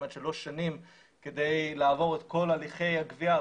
עד שלוש שנים כדי לעבור את כל הליכי הגבייה,